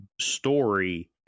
story